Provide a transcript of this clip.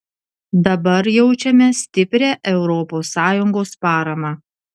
dabar jaučiame stiprią europos sąjungos paramą